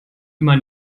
immer